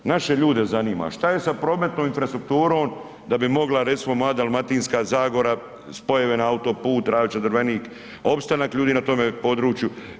Naše ljude zanima šta je sa prometnom infrastrukturom da bi mogla recimo moja Dalmatinska zagora spojeve na autoput Ravča-Drvenik, opstanak ljudi na tome području.